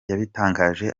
yabitangaje